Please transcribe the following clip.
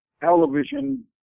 television